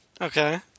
Okay